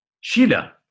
Sheila